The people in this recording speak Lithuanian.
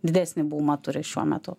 didesnį bumą turi šiuo metu